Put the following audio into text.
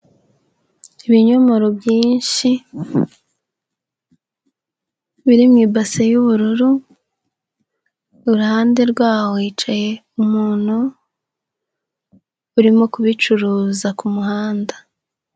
Ibinyomoro byinshi biri mu basi y'ubururu, iruhande rwaho hicaye umuntu urimo kubicuruza ku muhanda.